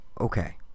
Okay